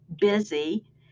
busy